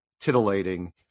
titillating